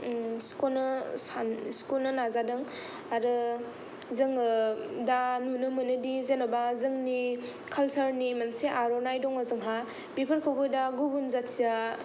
सिख'नो सान सिख'नो नाजादों आरो जोङो दा नुनो मोनो दि जेन'बा जोंनि कालचारनि मोनसे आर'नाइ दङ' जोंहा बेफोरखौबो दा